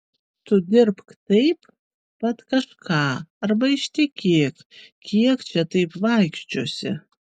tu dirbk taip pat kažką arba ištekėk kiek čia taip vaikščiosi